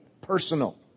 Personal